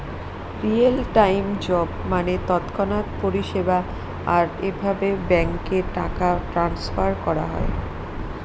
real time job মানে তৎক্ষণাৎ পরিষেবা, আর এভাবে ব্যাঙ্কে টাকা ট্রান্সফার করা হয়